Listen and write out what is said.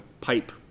pipe